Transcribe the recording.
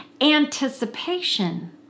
anticipation